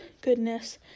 goodness